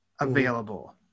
available